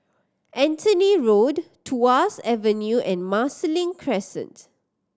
Anthony Road Tuas Avenue and Marsiling Crescent